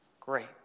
great